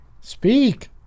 Speak